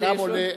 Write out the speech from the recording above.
לא,